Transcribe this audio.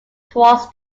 towards